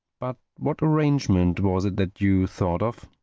but what arrangement was it that you thought of?